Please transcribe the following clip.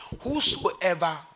Whosoever